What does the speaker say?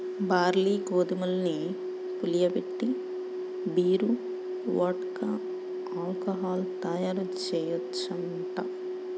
barley, గోధుమల్ని పులియబెట్టి beer, vodka, alcohol తయ్యారుజెయ్యొచ్చంట